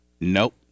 nope